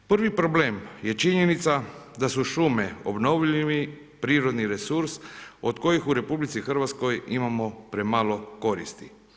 Prvi problem je činjenica da su šume obnovljivi prirodni resurs od kojih u RH imamo premalo koristi.